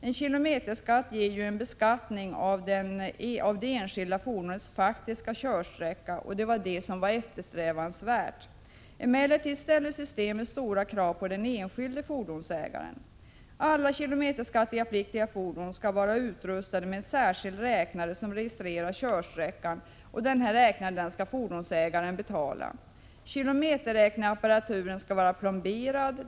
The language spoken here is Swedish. En kilometerskatt ger ju en beskattning av det enskilda fordonets faktiska körsträcka, och det var detta som var eftersträvansvärt. Emellertid ställer systemet stora krav på den enskilde fordonsägaren. Alla kilometerskattepliktiga fordon skall vara utrustade med en särskild räknare som registrerar körsträckan, och denna räknare skall fordonsägaren betala. Kilometerräknarapparaturen skall vara plomberad.